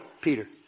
Peter